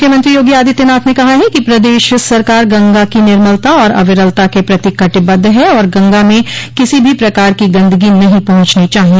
मुख्यमंत्री योगी आदित्यनाथ ने कहा है कि प्रदेश सरकार गंगा की निर्मलता और अविरलता के प्रति कटिबद्व है और गंगा में किसी भी प्रकार की गंदगी नहीं पहुंचनी चाहिए